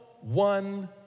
one